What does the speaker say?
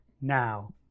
now